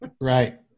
Right